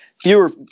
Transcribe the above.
fewer